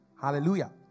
Hallelujah